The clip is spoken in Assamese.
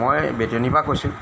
মই বেতেনীৰ পৰা কৈছােঁ